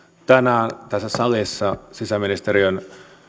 tänään tässä salissa sisäministeriön